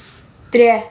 ترٛےٚ